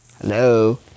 Hello